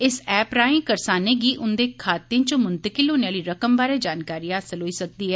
इस ऐप राएं करसानें गी उंदे खातें च मुंतकिल होने आली रकम बारे जानकारी हासल होई सकदी ऐ